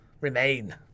Remain